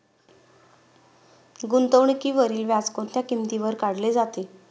गुंतवणुकीवरील व्याज कोणत्या किमतीवर काढले जाते?